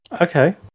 Okay